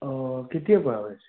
অঁ কেতিয়াৰ পৰা হৈ আছে